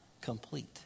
complete